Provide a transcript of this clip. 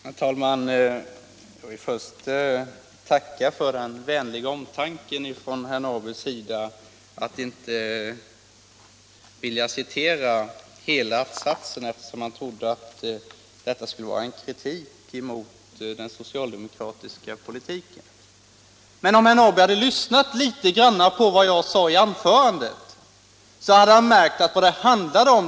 Herr talman! Jag vill först tacka för den vänliga omtanken från herr Norrbys sida att inte vilja citera hela satsen, eftersom han trodde att det skulle vara en kritik mot den socialdemokratiska politiken. Men om herr Norrby hade lyssnat på vad jag sade i anförandet hade han märkt vad det hela handlar om.